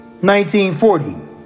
1940